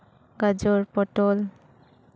ᱜᱟᱡᱚᱨ ᱯᱚᱴᱚᱞ